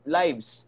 lives